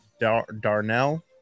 Darnell